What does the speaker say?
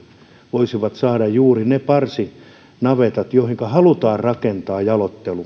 voisivat saada juuri ne parsinavetat joihinka halutaan rakentaa jaloittelutiloja niin että jaloittelu on